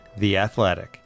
theathletic